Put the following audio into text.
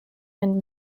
and